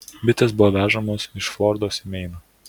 bitės buvo vežamos iš floridos į meiną